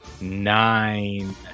nine